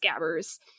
Scabbers